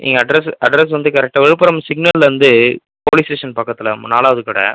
நீங்கள் address address வந்து கரெக்டாக விழுப்புரம் சிக்னல்லேருந்து போலீஸ் ஸ்டேஷன் பக்கத்தில் நாலாவது கடை